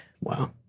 Wow